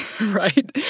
Right